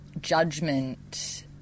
judgment